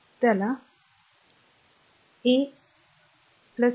तर Ra त्या r ला काय कॉल करणार